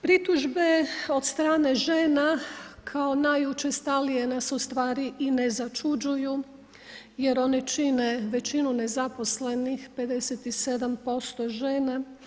Pritužbe od strane žena kao najučestalije nas u stvari i ne začuđuju jer one čine većinu nezaposlenih, 57% žena.